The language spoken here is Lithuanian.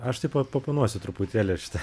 aš taip pat paoponuosiu truputėlį šitam